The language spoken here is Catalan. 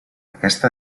aquesta